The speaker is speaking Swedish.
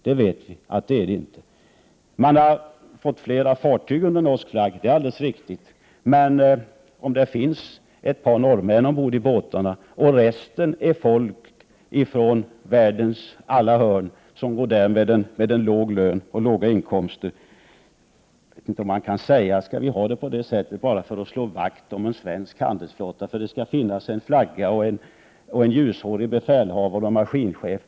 Man har visserligen fått flera fartyg under norsk flagg. Det kanske finns ett par norrmän ombord på båtarna, och resten är folk ifrån världens alla hörn som går där med låga inkomster. Skall vi ha det på det sättet bara för att slå vakt om en svensk handelsflotta? Det skulle då finnas en flagga och en ljushårig befälhavare och maskinchef.